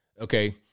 Okay